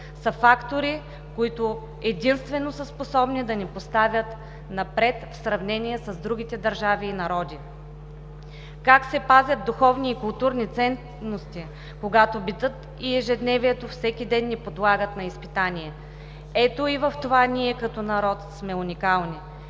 са фактори, които единствено са способни да ни поставят напред в сравнение с другите държави и народи. Как се пазят духовни и културни ценности, когато битът и ежедневието всеки ден ни подлагат на изпитание? Ето и в това ние, като народ, сме уникални.